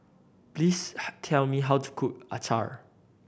please tell me how to cook acar